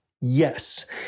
Yes